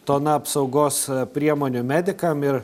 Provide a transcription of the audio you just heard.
tona apsaugos priemonių medikam ir